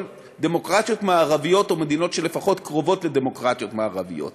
אבל דמוקרטיות מערביות או מדינות שלפחות קרובות לדמוקרטיות מערביות.